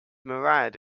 murad